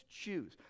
choose